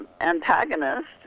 antagonist